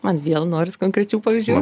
man vėl noris konkrečių pavyzdžių